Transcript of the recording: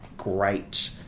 great